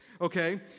okay